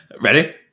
Ready